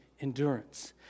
endurance